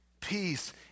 peace